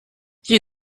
you